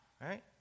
right